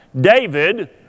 David